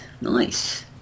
nice